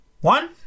One